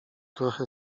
trochę